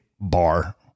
bar